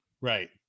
Right